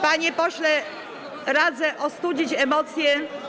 Panie pośle, radzę ostudzić emocje.